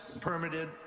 permitted